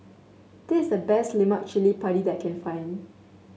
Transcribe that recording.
this is the best Lemak Cili Padi that I can find